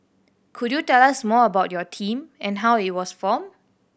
could you tell us more about your team and how it was formed